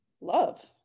love